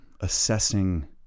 assessing